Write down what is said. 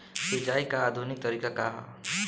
सिंचाई क आधुनिक तरीका का ह?